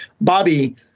Bobby